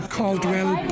Caldwell